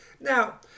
Now